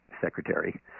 Secretary